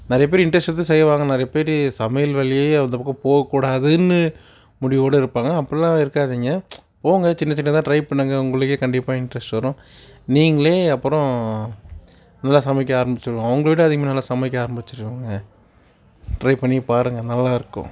நிறைய பேர் இன்ட்ரெஸ்ட் எடுத்து செய்வாங்க நிறைய பேர் சமையல் வேலையே அந்த பக்கம் போகக்கூடாதுன்னு முடிவோடு இருப்பாங்க அப்பட்லாம் இருக்காதீங்க போங்க சின்ன சின்னதாக டிரை பண்ணுங்க உங்களுக்கே கண்டிப்பாக இன்ட்ரெஸ்ட் வரும் நீங்களே அப்புறம் நல்லா சமைக்க ஆரம்பித்துடுவோம் அவங்களவிட அதிகமாக நல்லா சமைக்க ஆரம்பித்துடுவாங்க டிரை பண்ணி பாருங்க நல்லா இருக்கும்